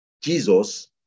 Jesus